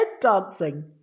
dancing